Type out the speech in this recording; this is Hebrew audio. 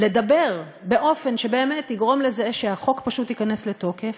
לדבר באופן שבאמת יגרום לזה שהחוק פשוט ייכנס לתוקף,